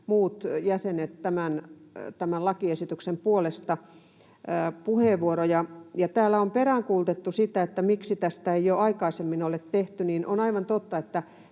käyttäneet tämän lakiesityksen puolesta puheenvuoroja. Täällä on peräänkuulutettu sitä, miksi tätä ei ole aikaisemmin tehty. On aivan totta, että